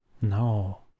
No